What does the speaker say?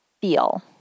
feel